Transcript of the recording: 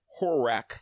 Horak